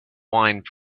wine